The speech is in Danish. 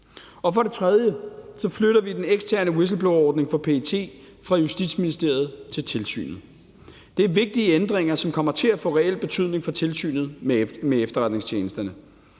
For det tredje flytter vi den eksterne whistleblowerordning for PET fra Justitsministeriet til tilsynet. Det er vigtige ændringer, som kommer til at få reel betydning for Tilsynet med Efterretningstjenesterne.